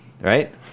right